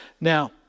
Now